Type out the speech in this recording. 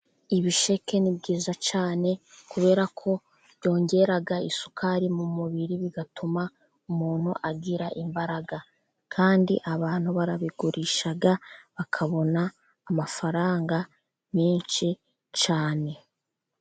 Ibisheke ni byiza cyane kubera ko byongera isukari mu mubiri, bigatuma umuntu agira imbaraga. Kandi abantu barabigurisha bakabona amafaranga menshi cyane.